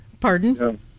Pardon